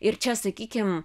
ir čia sakykim